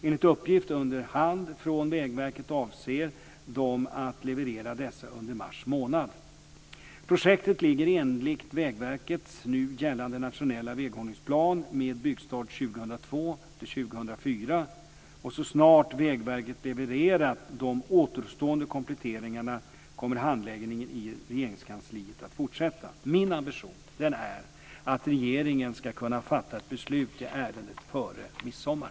Enligt uppgift under hand från Vägverket avser man att leverera dessa under mars månad. Så snart Vägverket levererat de återstående kompletteringarna kommer handläggningen i Regeringskansliet att fortsätta. Min ambition är att regeringen ska kunna fatta ett beslut i ärendet före midsommar.